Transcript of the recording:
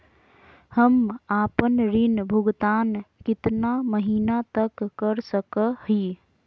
हम आपन ऋण भुगतान कितना महीना तक कर सक ही?